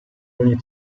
ogni